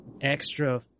extra